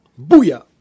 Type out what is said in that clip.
Booyah